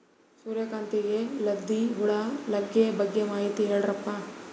ಸೂರ್ಯಕಾಂತಿಗೆ ಲದ್ದಿ ಹುಳ ಲಗ್ಗೆ ಬಗ್ಗೆ ಮಾಹಿತಿ ಹೇಳರಪ್ಪ?